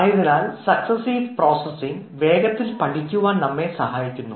ആയതിനാൽ successive processing വേഗത്തിൽ പഠിക്കുവാൻ നമ്മെ സഹായിക്കുന്നു